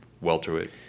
welterweight